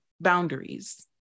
boundaries